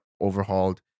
overhauled